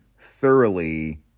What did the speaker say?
thoroughly